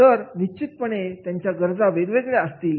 तर निश्चितपणे त्यांच्या गरजा वेगवेगळ्या असतील